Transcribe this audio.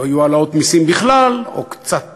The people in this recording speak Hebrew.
לא יהיו העלאות מסים בכלל, או קצת פחות.